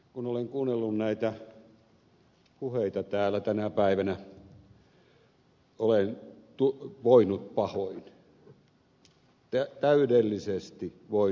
kun olen kuunnellut näitä puheita täällä tänä päivänä olen voinut pahoin täydellisesti voinut pahoin